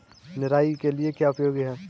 निराई के लिए क्या उपयोगी है?